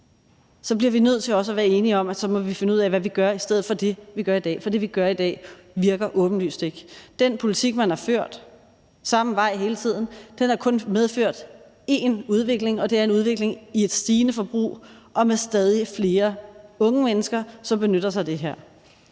så bliver vi nødt til også at være enige om, at vi så må finde ud af, hvad vi gør i stedet for det, vi gør i dag, for det, vi gør i dag, virker åbenlyst ikke. Den politik, man har ført – samme vej hele tiden – har kun medført én udvikling, og det er en udvikling med et stigende forbrug og stadig flere unge mennesker, som benytter sig af det her.